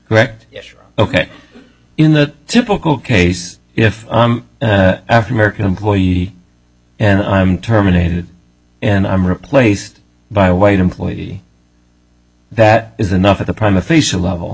correct ok in the typical case if after american employee and i'm terminated and i'm replaced by a white employee that is enough of the prime official level